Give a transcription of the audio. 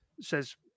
says